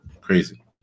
crazy